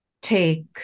take